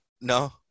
no